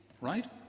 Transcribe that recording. right